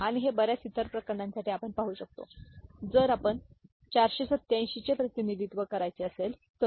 आणि हे इतर बर्याच प्रकरणांसाठी आपण पाहू शकतो उदाहरणार्थ जर आपण 487 चे प्रतिनिधित्व करायचे असेल तर